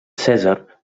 cèsar